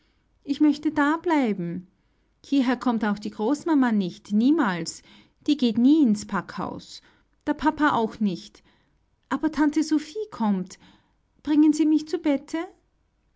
ich möchte dableiben hierher kommt auch die großmama nicht niemals die geht nie ins packhaus der papa auch nicht aber tante sophie kommt bringen sie mich zu bette